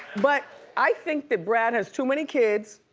but i think that brad has too many kids,